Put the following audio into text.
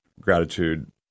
gratitude